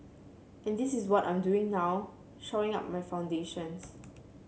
and this is what I'm doing now shoring up my foundations